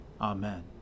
Amen